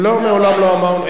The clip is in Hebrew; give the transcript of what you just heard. לא, מעולם לא אמרנו.